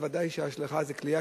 אז ודאי שההשלכה זה כליה,